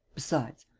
besides.